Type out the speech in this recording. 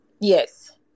Yes